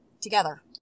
together